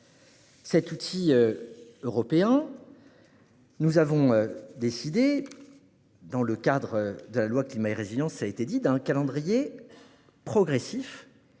cet outil européen, nous avons adopté, dans le cadre de la loi Climat et résilience, un calendrier progressif,